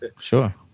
Sure